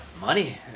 Money